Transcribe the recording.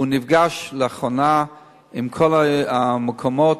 הוא נפגש לאחרונה עם כל הגורמים,